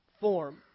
form